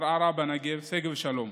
ערערה בנגב, שגב שלום.